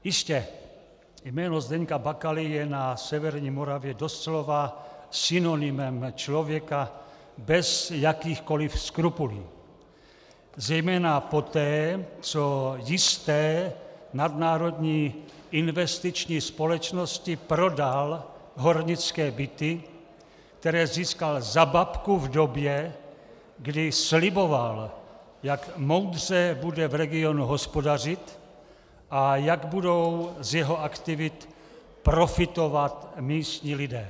Jistě, jméno Zdeňka Bakaly je severní Moravě doslova synonymem člověka bez jakýchkoliv skrupulí, zejména poté, co jisté nadnárodní investiční společnosti prodal hornické byty, které získal za babku v době, kdy sliboval, jak moudře bude v regionu hospodařit a jak budou z jeho aktivit profitovat místní lidé.